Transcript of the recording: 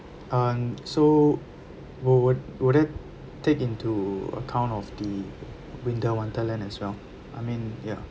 and so wo~ would would it take into account of the winter wonderland as well I mean ya